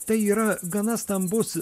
tai yra gana stambus